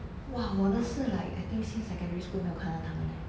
!wah! 我的是 like I think since secondary school 没有看到他们 leh